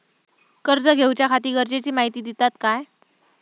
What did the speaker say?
कर्ज घेऊच्याखाती गरजेची माहिती दितात काय?